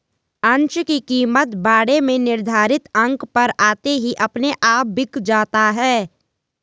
अंश की कीमत बाड़े में निर्धारित अंक पर आते ही अपने आप बिक जाता है